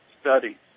study